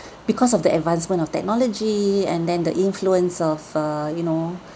because of the advancement of technology and then the influence of uh you know